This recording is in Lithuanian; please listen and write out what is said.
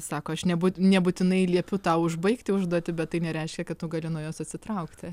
sako aš nebūt nebūtinai liepiu tau užbaigti užduotį bet tai nereiškia kad tu gali nuo jos atsitraukti